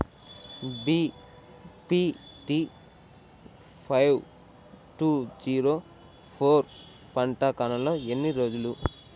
BPT five two zero four పంట కాలంలో ఎన్ని రోజులు?